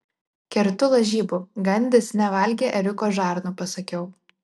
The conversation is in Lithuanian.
kertu lažybų gandis nevalgė ėriuko žarnų pasakiau